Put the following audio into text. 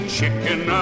chicken